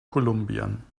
kolumbien